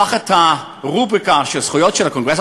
תחת הרובריקה של זכויות הקונגרס,